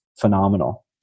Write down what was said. phenomenal